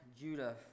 Judah